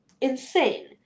insane